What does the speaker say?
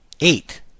Eight